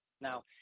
Now